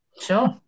Sure